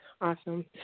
Awesome